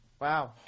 wow